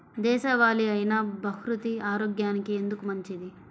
దేశవాలి అయినా బహ్రూతి ఆరోగ్యానికి ఎందుకు మంచిది?